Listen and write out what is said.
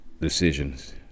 decisions